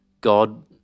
God